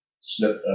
Slip